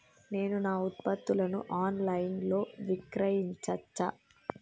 నేను నా ఉత్పత్తులను ఆన్ లైన్ లో విక్రయించచ్చా?